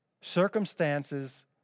Circumstances